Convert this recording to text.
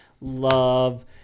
love